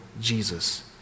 Jesus